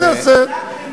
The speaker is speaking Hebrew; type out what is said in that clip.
לבדוק.